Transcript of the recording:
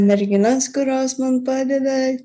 merginas kurios man padeda